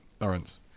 lawrence